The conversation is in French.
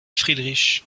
friedrich